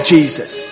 Jesus